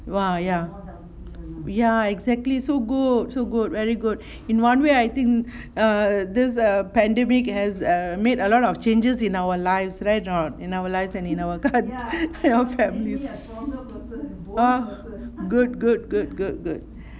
!wah! ya ya exactly so good so good very good in one way I think err this err pandemic has err made a lot of changes in our lives right a not in our lives and in our country our families ah good good good good good